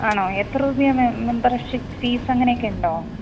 ആണോ എത്ര രൂപ്യാ മെമ്പർഷിപ്പ് ഫീസങ്ങനെയൊക്കെ ഉണ്ടോ